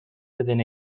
within